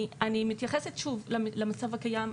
אני מתייחסת שוב למצב הקיים,